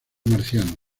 marciano